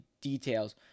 details